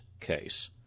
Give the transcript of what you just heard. case